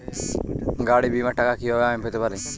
গাড়ী বীমার টাকা কি আমি প্রতি মাসে দিতে পারি?